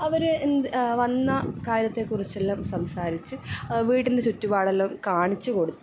അവര് എന്ത് വന്ന കാര്യത്തെക്കുറിച്ചെല്ലാം സംസാരിച്ച് വീടിൻ്റെ ചുറ്റുപാടെല്ലാം കാണിച്ച് കൊടുത്ത്